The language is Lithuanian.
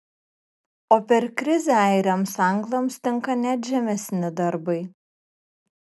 o per krizę airiams anglams tinka net žemesni darbai